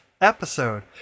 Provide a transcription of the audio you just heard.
episode